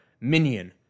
minion